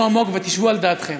תנשמו עמוק ותשבו על דעתכם.